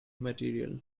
material